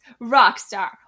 Rockstar